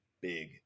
big